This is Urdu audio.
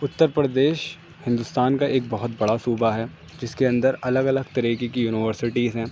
اتر پردیش ہندوستان کا ایک بہت بڑا صوبہ ہے جس کے اندر الگ الگ طریقے کی یونیورسٹیز ہیں